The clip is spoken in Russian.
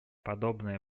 подобная